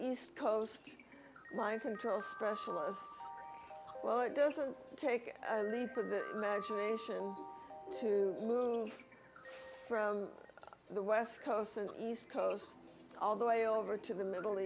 east coast mind control specialist well it doesn't take a leap of imagination to move from the west coast and east coast all the way over to the middle